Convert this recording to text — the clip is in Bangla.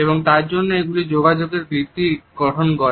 এবং তার জন্য এগুলি যোগাযোগের ভিত্তি গঠন করে